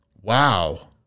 Wow